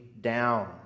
down